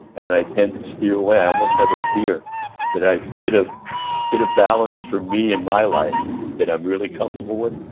and i tend to steer away. i almost have a fear that i've hit ah hit a balance for me in my life that i'm really comfortable with.